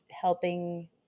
helping